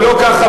ולא ככה,